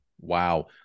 wow